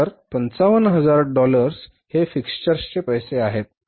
तर 55000 डॉलर्स हे फिक्स्चरचे पैसे आहे